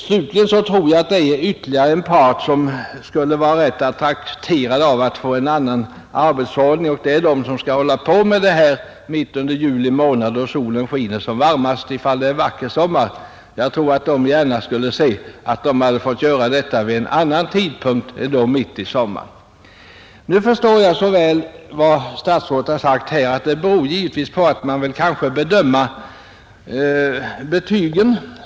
Slutligen tror jag att det är ytterligare en part som skulle vara trakterad av en annan arbetsordning, och det är de som skall hålla på med intagningarna mitt under juli månad då solen skiner som varmast om det är en vacker sommar. Jag tror att de gärna skulle se att de finge göra detta arbete vid en annan tidpunkt än mitt i sommaren. Nu förstår jag så väl att den här ordningen, såsom statsrådet här har sagt, beror på att man vill bedöma de sökandes betyg.